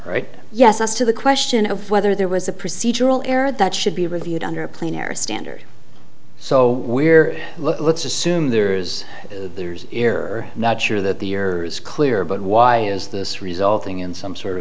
right yes us to the question of whether there was a procedural error that should be reviewed under a clean air standard so we're let's assume there's there's error not sure that the earth is clear but why is this resulting in some sort of